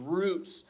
roots